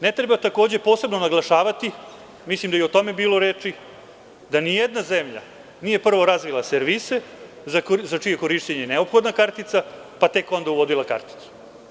Ne treba takođe posebno naglašavati, mislim da je i o tome bilo reči, da nijedna zemlja nije prvo razvila servise za čije korišćenje je neophodna kartica, pa tek onda uvodila kartica.